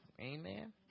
Amen